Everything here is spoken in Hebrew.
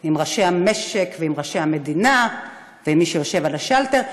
עם ראשי המשק ועם ראשי המדינה ועם מי שיושב על השלטר?